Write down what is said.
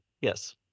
yes